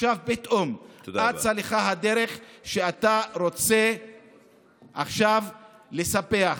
פתאום אצה לך הדרך ואתה רוצה עכשיו לספח.